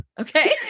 Okay